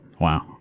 wow